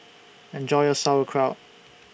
Enjoy your Sauerkraut